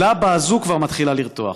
הלבה הזאת כבר מתחילה לרתוח.